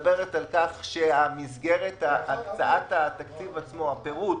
מדברת על כך שהמסגרת, הקצאת התקציב עצמו, הפירוט,